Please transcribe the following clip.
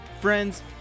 Friends